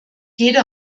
jeder